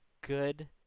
Good